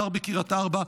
גר בקריית ארבע,